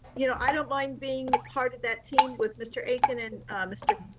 you know i don't mind being part of that team with mr. akin and mr.